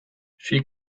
she